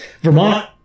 Vermont